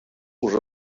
уже